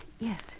Yes